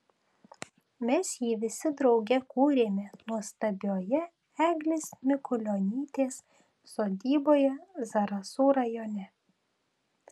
mes jį visi drauge kūrėme nuostabioje eglės mikulionytės sodyboje zarasų rajone